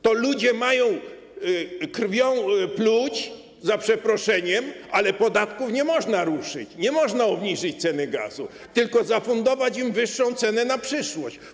To ludzie mają krwią pluć, za przeproszeniem, ale podatków nie można ruszyć, nie można obniżyć ceny gazu, tylko zafundować wyższą cenę na przyszłość.